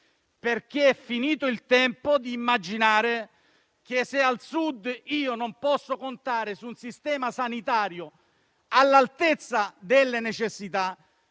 perché è finito il tempo di immaginare che, se al Sud non si può contare su un sistema sanitario all'altezza delle necessità,